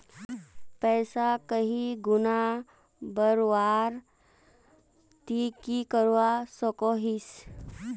पैसा कहीं गुणा बढ़वार ती की करवा सकोहिस?